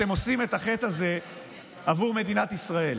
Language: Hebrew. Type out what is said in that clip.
אתם עושים את החטא הזה למדינת ישראל,